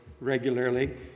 regularly